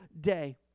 day